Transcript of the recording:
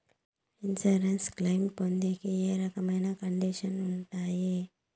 Insurance claim పొందేకి ఏ రకమైన కండిషన్లు ఉంటాయి?